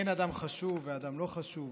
אין אדם חשוב ואדם לא חשוב,